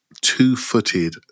two-footed